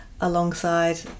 alongside